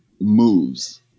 moves